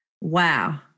Wow